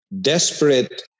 desperate